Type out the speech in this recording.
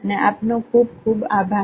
અને આપનો ખુબ ખુબ આભાર